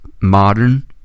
modern